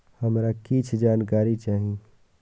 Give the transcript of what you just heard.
हमरा कीछ जानकारी चाही